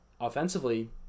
offensively